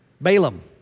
Balaam